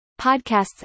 Podcasts